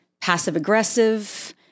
passive-aggressive